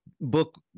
Book